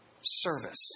Service